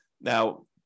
Now